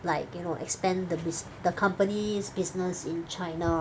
like you know expand the busi~ the company's business in China